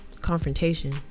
confrontation